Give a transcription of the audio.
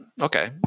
okay